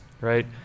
right